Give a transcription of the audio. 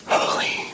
Holy